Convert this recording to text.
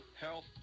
health